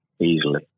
easily